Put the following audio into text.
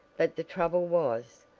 but the trouble was,